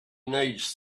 needs